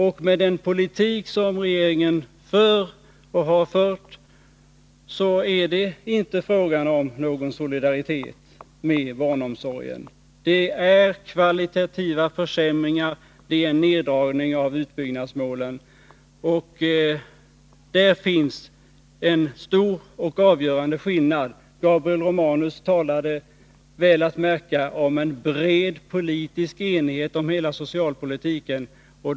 Men med den politik som regeringen för och har fört är det inte fråga om någon solidaritet när det gäller barnomsorgen. Det är kvalitativa försämringar och neddragningar av utbyggnadsmålen. Och där finns en stor och avgörande skillnad. Gabriel Romanus talade — väl att märka — om en bred politisk enighet om hela socialpolitiken.